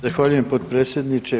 Zahvaljujem potpredsjedniče.